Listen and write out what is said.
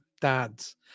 dads